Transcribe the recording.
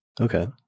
Okay